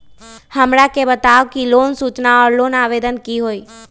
हमरा के बताव कि लोन सूचना और लोन आवेदन की होई?